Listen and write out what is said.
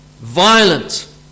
violent